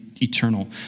eternal